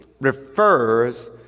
refers